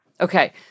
Okay